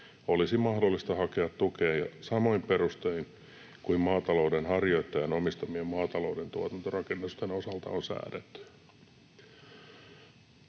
olisi mahdollista hakea tukea samoin perustein kuin maatalouden harjoittajan omistamien maatalouden tuotantorakennusten osalta on säädetty.”